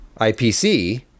IPC